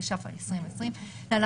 התש"ף 2020 (להלן,